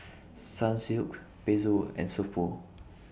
Sunsilk Pezzo and So Pho